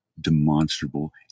demonstrable